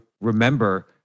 remember